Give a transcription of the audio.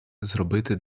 зробити